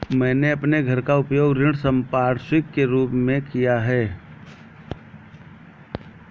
मैंने अपने घर का उपयोग ऋण संपार्श्विक के रूप में किया है